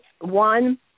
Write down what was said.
one